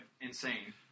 insane